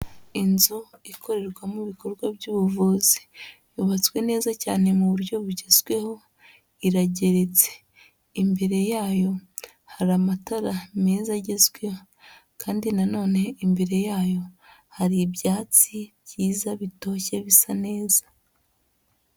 Inzu ikorerwamo ibikorwa by'ubuvuzi yubatswe neza cyane mu buryo bugezweho irageretse, imbere yayo hari amatara meza agezweho kandi na none imbere yayo hari ibyatsi byiza bitoshye bisa neza.